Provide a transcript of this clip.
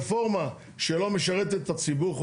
רפורמה שלא משרתת את הציבור,